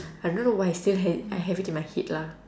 I don't know why I still ha~ I have it in my head lah